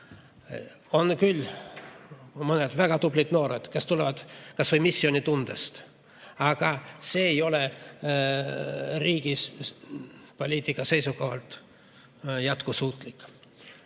On küll mõned väga tublid noored, kes tulevad kas või missioonitundest, aga see ei ole riigi poliitika seisukohalt jätkusuutlik. Ma